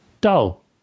dull